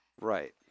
Right